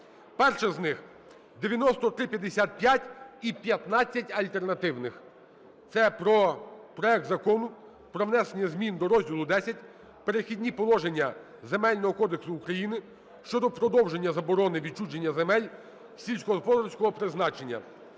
Перше з них: 9355 і 15 альтернативних. Це про проект Закону про внесення змін до розділу Х "Перехідні положення" Земельного кодексу України щодо продовження заборони відчуження земель сільськогосподарського призначення.